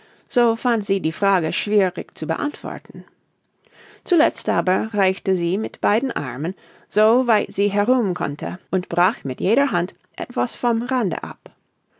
so fand sie die frage schwierig zu beantworten zuletzt aber reichte sie mit beiden armen so weit sie herum konnte und brach mit jeder hand etwas vom rande ab